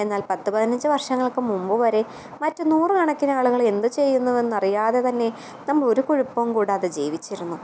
എന്നാൽ പത്തുപതിനഞ്ച് വർഷങ്ങൾക്ക് മുമ്പ് വരെ മറ്റ് നൂറുകണക്കിനാളുകൾ എന്തുചെയ്യുന്നു എന്നറിയാതെ തന്നെ നമ്മളൊരു കുഴപ്പവും കൂടാതെ ജീവിച്ചിരുന്നു